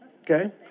Okay